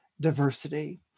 diversity